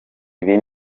ibi